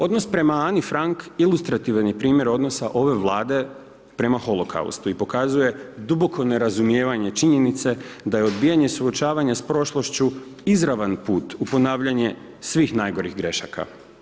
Odnos prema Ani Frank, ilustrativan je primjer odnosa ove Vlade prema holokaustu i pokazuje duboko nerazumijevanje činjenice, da je odbijanje suočavanje s prošlošću izravan put u ponavljanje svih najgorih grešaka.